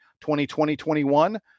2020-21